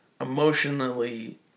emotionally